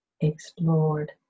explored